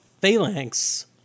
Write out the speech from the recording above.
phalanx